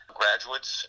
graduates